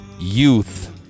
Youth